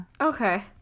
Okay